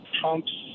Trump's